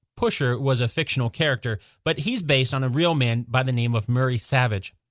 pusher was a fictional character, but he was based on a real man by the name of murray savage.